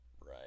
right